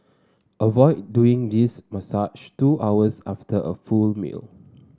avoid doing this massage two hours after a full meal